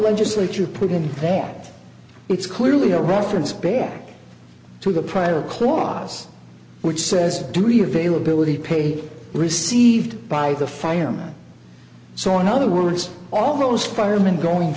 legislature put in there it's clearly a reference back to the prior clause which says degree availability paid received by the firemen so in other words almost firemen going